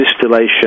distillation